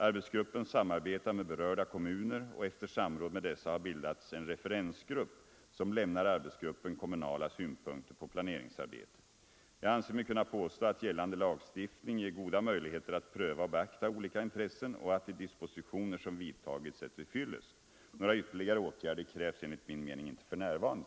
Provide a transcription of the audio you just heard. Arbetsgruppen samarbetar med berörda kommuner, och efter samråd med dessa har bildats en referensgrupp, som lämnar arbetsgruppen kommunala synpunkter på planeringsarbetet. Jag anser mig kunna påstå att gällande lagstiftning ger goda möjligheter att pröva och beakta olika intressen och att de dispositioner som vidtagits är till fyllest. Några ytterligare åtgärder krävs enligt min mening inte för närvarande.